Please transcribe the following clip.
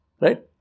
right